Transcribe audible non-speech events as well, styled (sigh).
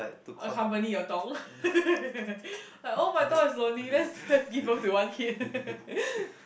accompany your dog (laughs) like oh my dog is lonely let's let's give birth to one kid (laughs)